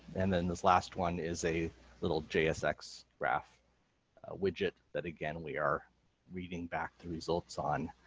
and then this last one is a little jsxgraph widget, that again we are reading back the results on,